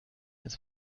ist